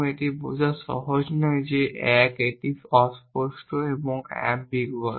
এটা বোঝা সহজ নয় যে 1 একটি অস্পষ্ট এবং এম্বিগুয়াস